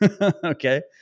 Okay